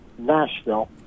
Nashville